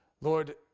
Lord